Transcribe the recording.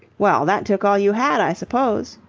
well, that took all you had, i suppose?